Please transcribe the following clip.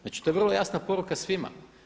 Znači, to je vrlo jasna poruka svima.